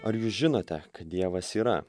ar jūs žinote kad dievas yra